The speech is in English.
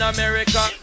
America